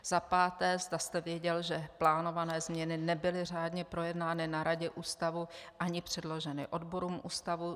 Za páté, zda jste věděl, že plánované změny nebyly řádně projednány na radě Ústavu ani předloženy odborům Ústavu.